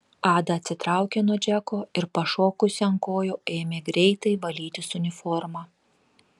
ada atsitraukė nuo džeko ir pašokusi ant kojų ėmė greitai valytis uniformą